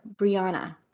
Brianna